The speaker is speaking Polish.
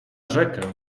rzekę